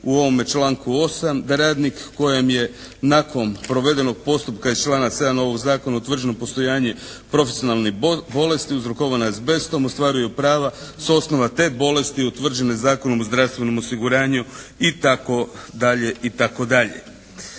u ovome članku 8. da radnik kojem je nakon provedenog postupka iz članka 7. ovoga zakona utvrđeno postojanje profesionalnih bolesti uzrokovane azbestom ostvaruju prava s osnova te bolesti utvrđene Zakonom o zdravstvenom osiguranju itd.